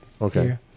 Okay